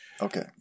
Okay